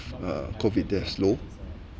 uh COVID there's low